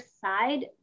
side